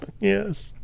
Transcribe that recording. Yes